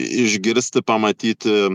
išgirsti pamatyti